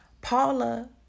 Paula